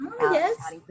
Yes